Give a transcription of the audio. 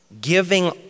giving